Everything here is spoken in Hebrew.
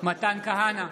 מתן כהנא,